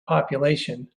population